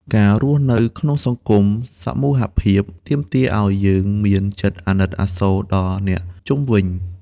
ការរស់នៅក្នុងសង្គមសមូហភាព ទាមទារឱ្យយើងមានចិត្តអាណិតអាសូរដល់អ្នកជុំវិញ។